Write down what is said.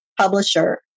publisher